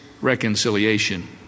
reconciliation